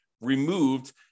removed